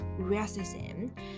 racism